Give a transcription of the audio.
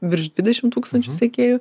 virš dvidešimt tūkstančių sekėjų